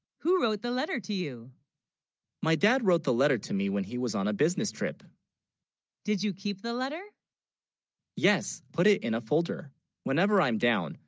who wrote the letter to you my, dad wrote the letter to me, when he was on a. business trip did you keep the letter yes put it in a folder whenever i'm down,